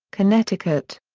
connecticut.